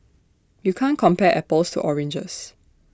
you can't compare apples to oranges